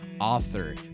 author